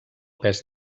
pes